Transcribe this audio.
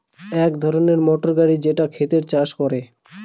এক ধরনের মোটর গাড়ি যেটা ক্ষেতকে চাষ করে